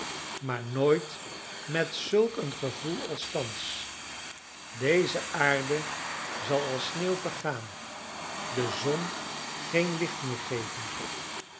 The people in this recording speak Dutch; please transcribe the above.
maar nooit met zulk een gevoel als thans deze aarde zal als sneeuw vergaan de zon geen licht meer geven